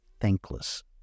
thankless